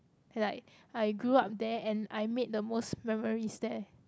like I grew up there and I made the most memories there